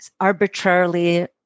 arbitrarily